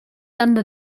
under